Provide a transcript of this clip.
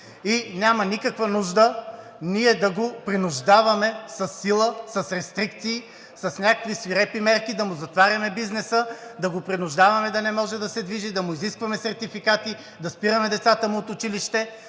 и няма никаква нужда ние да го принуждаваме със сила, с рестрикции, с някакви свирепи мерки да му затваряме бизнеса, да го принуждаваме да не може да се движи, да му изискваме сертификати, да спираме децата му от училище.